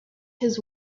his